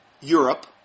Europe